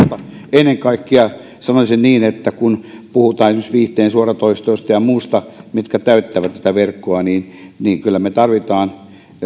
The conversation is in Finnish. ennen kaikkea sanoisin niin että kun puhutaan esimerkiksi viihteen suoratoistoista ja muista mitkä täyttävät tätä verkkoa niin niin kyllä me tarvitsemme